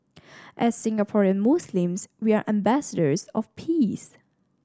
as Singaporean Muslims we are ambassadors of peace